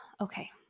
okay